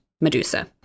Medusa